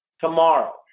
tomorrow